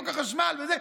חוק החשמל וזה,